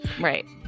Right